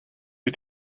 did